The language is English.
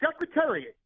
secretariat